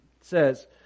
says